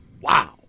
Wow